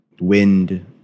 wind